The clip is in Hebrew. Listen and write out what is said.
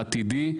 העתידי.